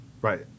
Right